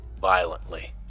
violently